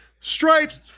Stripes